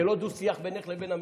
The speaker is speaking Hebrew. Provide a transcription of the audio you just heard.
זה לא דו-שיח בינך לבין המשיב,